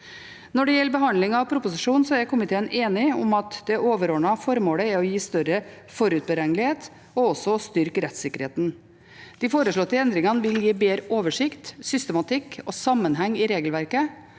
Når det gjelder behandling av proposisjonen, er komiteen enig om at det overordnede formålet er å gi større forutberegnelighet og å styrke rettssikkerheten. De foreslåtte endringene vil gi bedre oversikt, systematikk og sammenheng i regelverket.